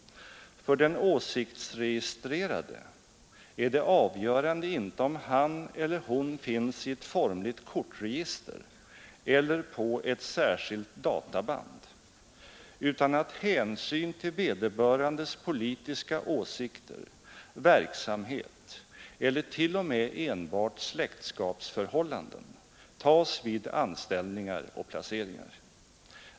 För den åsiktsregistrerade är det avgörande inte om han eller hon finns i ett formligt kortregister eller på ett särskilt databand, utan att hänsyn till vederbörandes politiska åsikter, verksamhet eller t.o.m. enbart släktskapsförhållanden tas vid anställningar och placeringar.